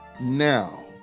now